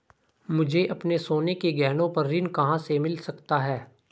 मुझे अपने सोने के गहनों पर ऋण कहां से मिल सकता है?